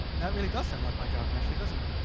that really does sound like my garden actually, doesn't it?